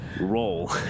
roll